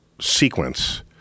sequence